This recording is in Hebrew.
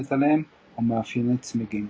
הנשענת עליהם ומאפייני צמיגים.